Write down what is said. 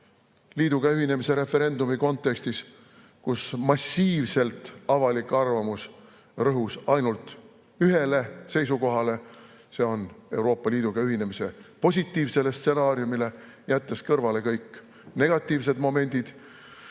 Liiduga ühinemise referendumi kontekstis, kus massiivselt avalik arvamus rõhus ainult ühele seisukohale, Euroopa Liiduga ühinemise positiivsele stsenaariumile, jättes kõrvale kõik negatiivsed momendid.